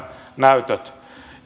näytöt